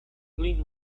linn